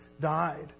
died